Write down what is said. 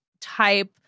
type